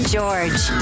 George